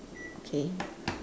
okay